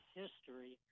history